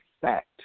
fact